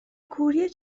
کوری